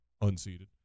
unseated